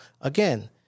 Again